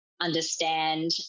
understand